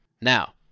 Now